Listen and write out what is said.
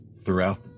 Throughout